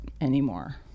anymore